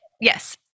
Yes